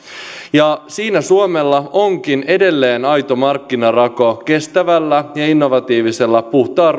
ja siinä suomella onkin edelleen aito markkinarako kestävällä ja innovatiivisella puhtaan